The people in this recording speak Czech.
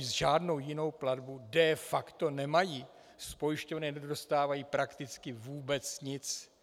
Žádnou jinou platbu de facto nemají, z pojišťovny nedostávají prakticky vůbec nic.